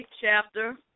chapter